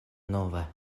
nova